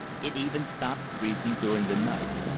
it even stopped freezing during the night.